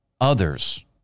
others